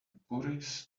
puris